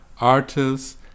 artists